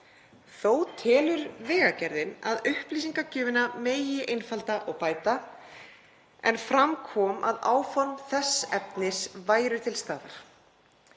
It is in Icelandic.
Þó telur Vegagerðin að upplýsingagjöfina megi einfalda og bæta en fram kom að áform þess efnis væru til staðar.